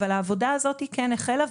אבל העבודה הזאת כן החלה,